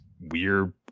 weird